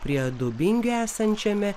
prie dubingių esančiame